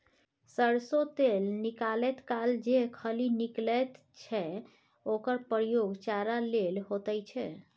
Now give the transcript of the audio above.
सरिसों तेल निकालैत काल जे खली निकलैत छै ओकर प्रयोग चारा लेल होइत छै